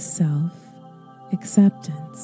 self-acceptance